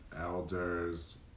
elders